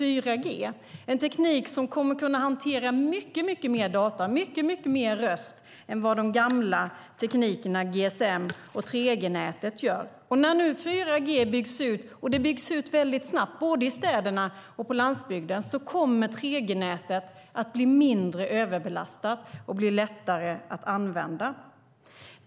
Det är en teknik som kommer att kunna hantera mycket mer data och mycket mer rösttrafik än de gamla teknikerna GSM och 3G gör. När nu 4G byggs ut - det byggs ut väldigt snabbt både i städerna och på landsbygden - kommer 3G-nätet att bli mindre överbelastat och bli lättare att använda.